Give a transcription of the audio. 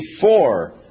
four